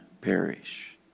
perish